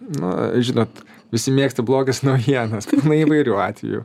nu žinot visi mėgsta blogas naujienas įvairių atvejų